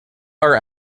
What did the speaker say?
are